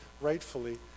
rightfully